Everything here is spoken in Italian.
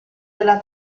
della